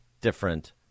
different